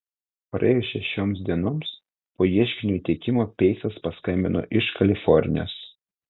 praėjus šešioms dienoms po ieškinio įteikimo peisas paskambino iš kalifornijos